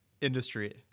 industry